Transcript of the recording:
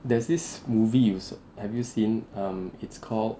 there's this movie 有 have you seen um it's called